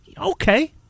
Okay